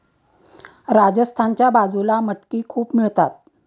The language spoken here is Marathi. राजस्थानच्या बाजूला मटकी खूप मिळतात